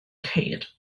ceir